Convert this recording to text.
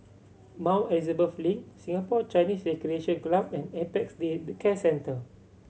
Mount Elizabeth Link Singapore Chinese Recreation Club and Apex Day Care Centre